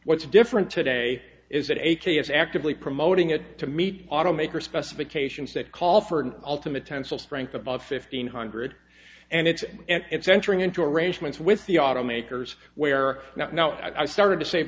what's different today is that a k is actively promoting it to meet automaker specifications that call for an ultimate tensile strength above fifteen hundred and it's it's entering into arrangements with the automakers where not now i started to say